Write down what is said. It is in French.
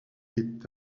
est